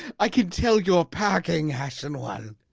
i can tell you're packing, ashen one!